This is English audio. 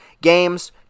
games